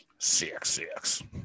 CXCX